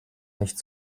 nicht